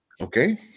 Okay